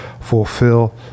fulfill